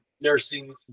nursing